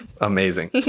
Amazing